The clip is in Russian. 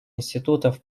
институтов